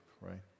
right